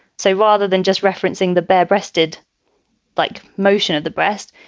so rather than just referencing the bare breasted like motion of the breast,